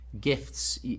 gifts